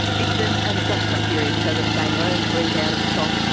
it's an an adjustment period so that they learn to eat out of troughs,